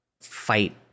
fight